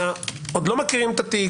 שעוד לא מכירים את התיק,